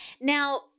Now